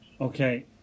Okay